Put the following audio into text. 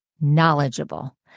knowledgeable